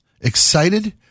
excited